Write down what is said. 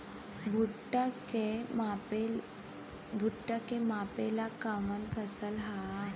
भूट्टा के मापे ला कवन फसल ह?